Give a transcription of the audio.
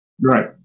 Right